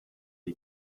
die